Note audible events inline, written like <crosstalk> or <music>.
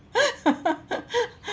<laughs>